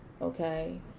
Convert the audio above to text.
Okay